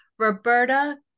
Roberta